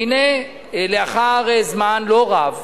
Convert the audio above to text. והנה, לאחר זמן לא רב,